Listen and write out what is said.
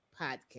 Podcast